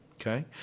okay